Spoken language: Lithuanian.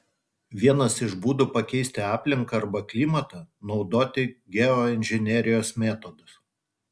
vienas iš būdų pakeisti aplinką arba klimatą naudoti geoinžinerijos metodus